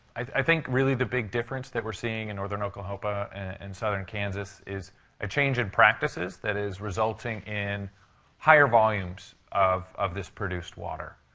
i think really the big difference that we're seeing in northern oklahoma and southern kansas is a change in practices that is resulting in higher volumes of of this produced water.